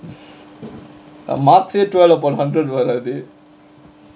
marks eh twelve போன:pona hundred வராது:varaathu